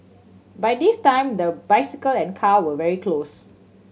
by this time the bicycle and car were very close